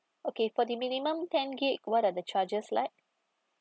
okay for the minimum ten gig what are the charges like